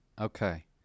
Okay